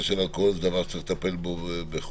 של אלכוהול זה דבר שצריך לטפל בו בחומרה.